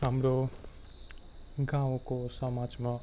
हाम्रो गाउँको समाजमा